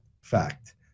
fact